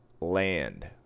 Land